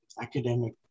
academic